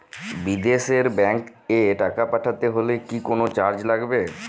বিদেশের ব্যাংক এ টাকা পাঠাতে হলে কি কোনো চার্জ লাগবে?